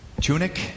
tunic